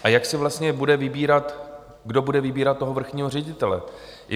A jak si vlastně bude vybírat, kdo bude vybírat toho vrchního ředitele?